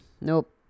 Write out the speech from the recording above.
Nope